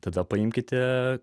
tada paimkite